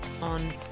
on